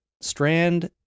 Strand